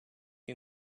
you